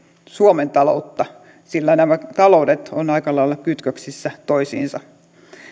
suomen talouden turvaamiseksi sillä nämä taloudet ovat aika lailla kytköksissä toisiinsa